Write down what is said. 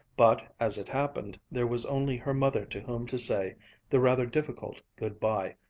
but, as it happened, there was only her mother to whom to say the rather difficult good-bye,